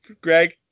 Greg